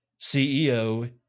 CEO